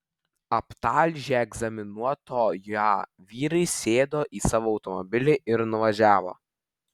aptalžę egzaminuotoją vyrai sėdo į savo automobilį ir nuvažiavo